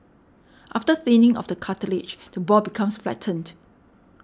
after thinning of the cartilage the ball becomes flattened